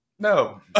No